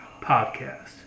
Podcast